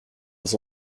ils